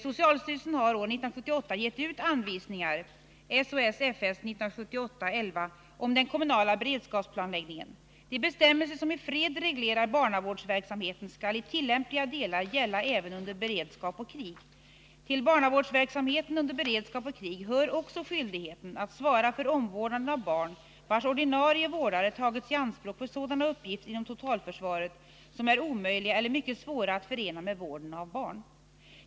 Socialstyrelsen har år 1978 gett ut anvisningar om den kommunala bredskapsplanläggningen. De bestämmelser som i fred reglerar barnavårdsverksamheten skall i tillämpliga delar gälla även under beredskap och krig. Till barnavårdsverksamheten under beredskap och krig hör också skyldigheten att svara för omvårdnaden av barn, vars ordinarie vårdare tagits i anspråk för sådana uppgifter inom totalförsvaret som är omöjliga eller mycket svåra att förena med vården av barn.